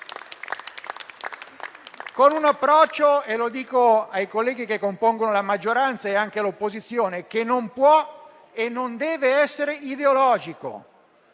con un approccio - e lo dico ai colleghi che compongono la maggioranza e anche l'opposizione - che non può e non deve essere ideologico,